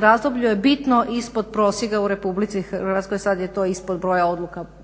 razdoblju je bitno ispod prosjeka u RH. Sad je to ispod broja odluka